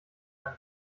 eine